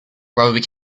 brother